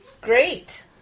Great